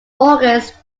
august